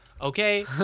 okay